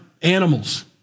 Animals